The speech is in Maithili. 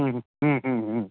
ह्म्म ह्म्म ह्म्म ह्म्म